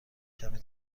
کمی